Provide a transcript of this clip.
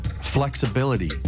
flexibility